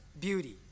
beauty